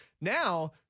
Now